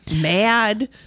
mad